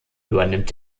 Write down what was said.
übernimmt